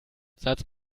satz